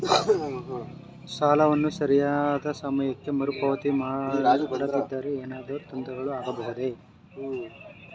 ಸಾಲವನ್ನು ಸರಿಯಾದ ಸಮಯಕ್ಕೆ ಮರುಪಾವತಿ ಮಾಡದಿದ್ದರೆ ಏನಾದರೂ ತೊಂದರೆಗಳು ಆಗಬಹುದೇ?